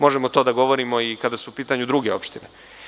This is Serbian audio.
Možemo to da govorimo i kada su u pitanju druge opštine.